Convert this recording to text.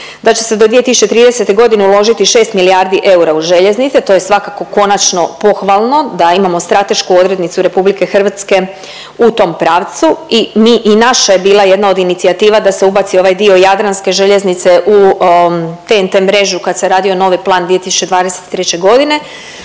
da će se do 2030.g. uložiti 6 milijardi eura u željeznice, to je svakako konačno pohvalno da imamo stratešku odrednicu RH u tom pravcu. I naše je bila jedna od inicijativa da se ubaci ovaj dio jadranske željeznice u TNT mrežu kad se radio novi plan 2023.g..